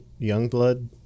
Youngblood